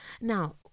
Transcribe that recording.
Now